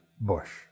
Bush